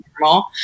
normal